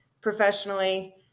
professionally